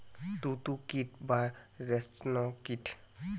তুত কীট বা রেশ্ম কীট